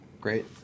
Great